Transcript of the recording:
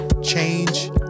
change